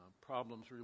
Problems